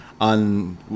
On